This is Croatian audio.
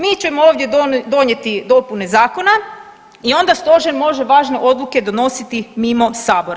Mi ćemo ovdje donijeti dopune zakona i onda stožer može važne odluke donositi mimo Sabora.